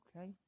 Okay